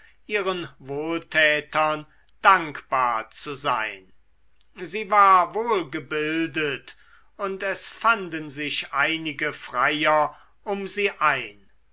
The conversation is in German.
ihren wohltätern dankbar zu sein sie war wohlgebildet und es fanden sich einige freier um sie ein